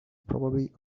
probably